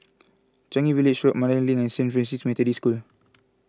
Changi Village Road Mandai Link and Saint Francis Methodist School